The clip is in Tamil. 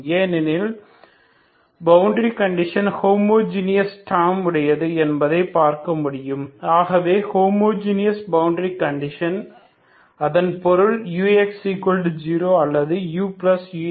ஏனெனில் பவுண்டரி கண்டிஷன் ஹோமோஜனியஸ் டேர்ம் உடையது என்பதை பார்க்க முடியும் ஆகவே ஹோமோஜீனியஸ் பவுண்டரி கண்டிஷன் அதன் பொருள் ux0 அல்லது uux0